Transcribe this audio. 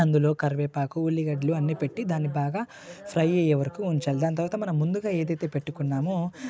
కరివేపాకు ఉల్లిగడ్డలు అన్నీపెట్టి దాన్ని బాగా ఫ్రై అయ్యేవరకు ఉంచాలి దాని తర్వాత మనం ముందుగా ఏదైతే పెట్టుకున్నామో